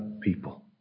people